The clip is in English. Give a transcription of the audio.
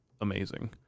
amazing